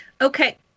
Okay